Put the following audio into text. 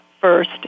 first